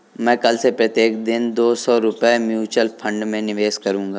मैं कल से प्रत्येक दिन दो सौ रुपए म्यूचुअल फ़ंड में निवेश करूंगा